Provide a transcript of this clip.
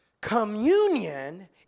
Communion